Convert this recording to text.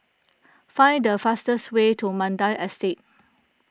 find the fastest way to Mandai Estate